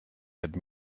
had